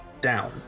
down